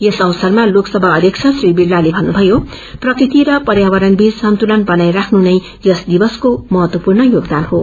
यस अवसरमालोकसभा अध्यक्ष श्रीविरलालेमन्नुधयो प्रकृति र पर्यावरणबीचसन्तुतनबनाईराख्न यस दिवसक्रेमहत्वपूर्ण योगदानहो